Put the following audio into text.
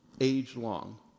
age-long